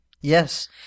Yes